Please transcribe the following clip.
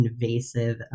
invasive